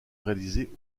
réalisée